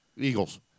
Eagles